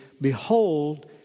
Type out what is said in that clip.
Behold